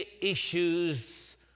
issues